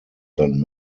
than